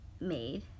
made